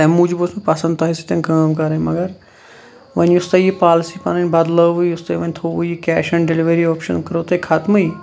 تمہِ موٗجوٗب اوس مےٚ پَسَنٛد تۄہہِ سۭتۍ کٲم کَرٕنۍ مَگَر وۄنۍ یُس تۄہہِ یہِ پالسی پَنٕنۍ بَدلٲوٕو یُس تۄہہِ وۄنۍ تھووُو یہِ کیش آن ڈیٚلِوری آپشَن کوٚروٗ تۄہہِ خَتمٕے